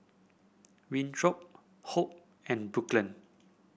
Winthrop Hope and Brooklyn